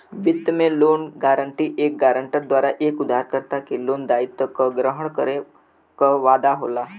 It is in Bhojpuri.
वित्त में लोन गारंटी एक गारंटर द्वारा एक उधारकर्ता के लोन दायित्व क ग्रहण करे क वादा होला